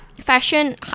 Fashion